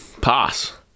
Pass